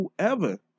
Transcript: whoever